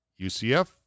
UCF